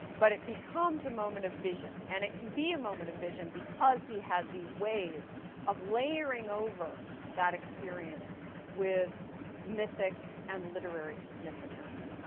but it becomes a moment of vision, and it can be a moment of vision because he has these ways of layering over that experience with mythic and literary significance.